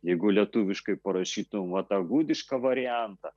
jeigu lietuviškai parašytum vat tą gudišką variantą